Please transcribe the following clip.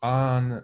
on